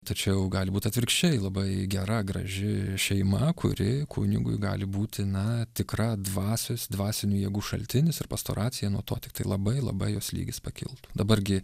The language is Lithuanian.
tačiau gali būt atvirkščiai labai gera graži šeima kuri kunigui gali būti na tikra dvasios dvasinių jėgų šaltinis ir pastoracija nuo to tiktai labai labai jos lygis pakiltų dabar gi